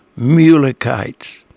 Mulekites